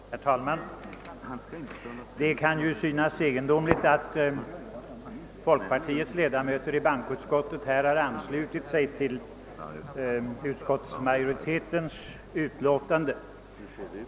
Herr talman! Det kan ju synas egendomligt, att folkpartiets ledamöter i bankoutskottet här anslutit sig till majoritetens utlåtande.